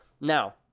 now